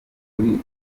kuri